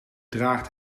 draagt